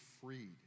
freed